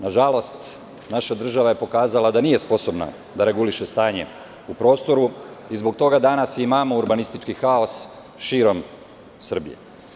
Nažalost, naša država je pokazala da nije sposobna da reguliše stanje u prostoru i zbog toga danas imamo urbanistički haos širom Srbije.